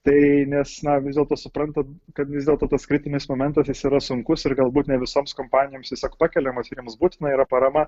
tai nes na vis dėlto suprantat kad vis dėlto tas kritinis momentas jis yra sunkus ir galbūt ne visoms kompanijoms tiesiog pakeliamas jiems būtina yra parama